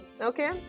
okay